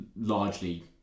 largely